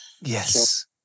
Yes